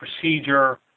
procedure